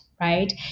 right